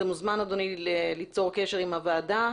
אתה מוזמן ליצור קשר עם הוועדה,